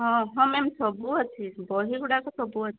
ହଁ ହଁ ମ୍ୟାମ୍ ସବୁ ଅଛି ବହି ଗୁଡ଼ାକ ସବୁ ଅଛି